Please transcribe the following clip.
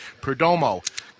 Perdomo